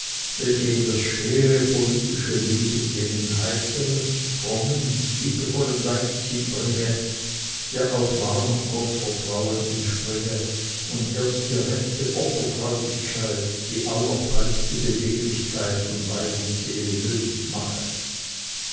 welche in das schwere politische leben jenen heitern frommen liebevollen leichtsinn bringe der aus warmem gottvertrauen entspringe und erst die richtige opferfreudigkeit die allerfreieste beweglichkeit von leib und seele möglich mache